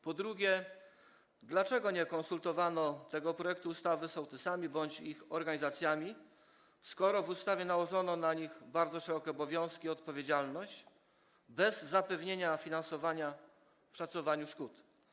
Po drugie, dlaczego nie konsultowano tego projektu ustawy z sołtysami bądź ich organizacjami, skoro w ustawie nałożono na nich bardzo szerokie obowiązki i odpowiedzialność bez zapewnienia finansowania w zakresie szacowania szkód?